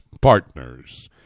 partners